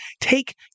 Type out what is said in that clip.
take